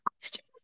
Question